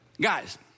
Guys